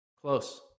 Close